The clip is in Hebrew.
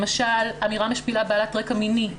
למשל, אמירה משפילה בעלת רקע מיני ברשת.